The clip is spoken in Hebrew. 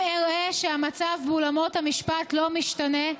אם אראה שהמצב באולמות המשפט לא משתנה,